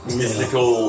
mystical